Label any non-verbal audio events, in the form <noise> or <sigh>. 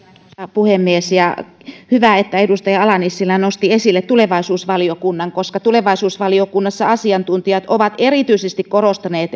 puhemies hyvä että edustaja ala nissilä nosti esille tulevaisuusvaliokunnan koska tulevaisuusvaliokunnassa asiantuntijat ovat erityisesti korostaneet <unintelligible>